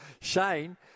Shane